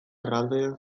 erraldoiak